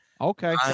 okay